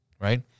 right